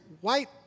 white